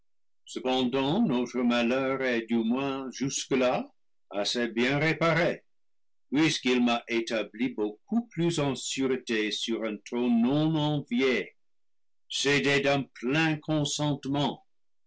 cependant notre malheur est du moins jusque-là assez bien réparé puisqu'il m'a établi beaucoup plus en sûreté sur un trône non envié cédé d'un plein